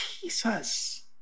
Jesus